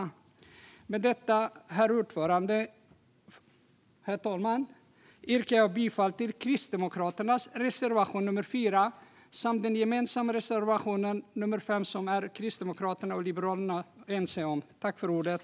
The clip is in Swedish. Med detta, herr talman, yrkar jag bifall till Kristdemokraternas reservation 4 samt den gemensamma reservationen 5, som Kristdemokraterna och Liberalerna är ense om.